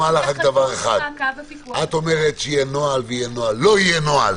לא יהיה נוהל.